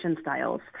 styles